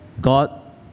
God